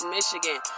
Michigan